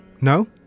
No